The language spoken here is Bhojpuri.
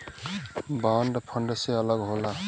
बांड फंड से अलग होला